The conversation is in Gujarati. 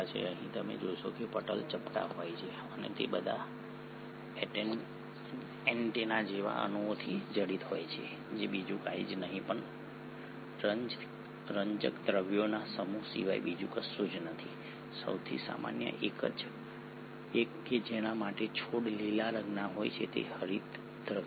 અહીં તમે જોશો કે પટલ ચપટા હોય છે અને તે આ બધા એન્ટેના જેવા અણુઓથી જડિત હોય છે જે બીજું કશું જ નહીં પણ રંજકદ્રવ્યોના સમૂહ સિવાય બીજું કશું જ નથી સૌથી સામાન્ય એક કે જેના માટે છોડ લીલા રંગના હોય છે તે હરિતદ્રવ્ય છે